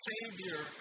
Savior